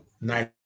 nice